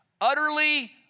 utterly